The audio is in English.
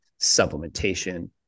supplementation